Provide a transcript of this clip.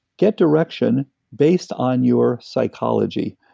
get direction based on your psychology.